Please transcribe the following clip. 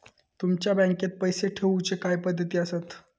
तुमच्या बँकेत पैसे ठेऊचे काय पद्धती आसत?